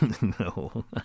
no